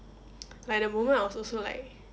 like at the moment I was also like